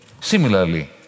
Similarly